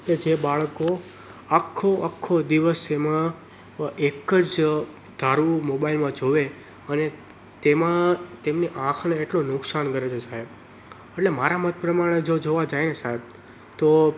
કે જે બાળકો આખો આખો દિવસ એમાં એક જ ધાર્યું મોબાઇલમાં જુએ અને તેમાં તેમની આંખને એટલું નુકસાન કરે છે સાહેબ એટલે મારા મત પ્રમાણે જો જોવા જઈએ સાહેબ તો